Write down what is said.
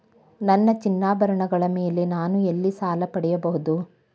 ನನ್ನ ಚಿನ್ನಾಭರಣಗಳ ಮೇಲೆ ನಾನು ಎಲ್ಲಿ ಸಾಲ ಪಡೆಯಬಹುದು?